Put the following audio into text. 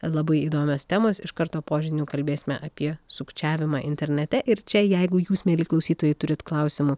labai įdomios temos iš karto po žinių kalbėsime apie sukčiavimą internete ir čia jeigu jūs mieli klausytojai turit klausimų